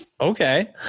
Okay